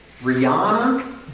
Rihanna